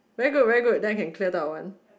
very good very good then I can clear da wan